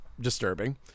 disturbing